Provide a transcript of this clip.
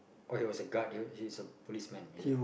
oh he was a guard he is a policeman is it